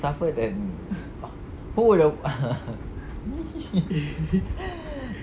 suffer then who will app~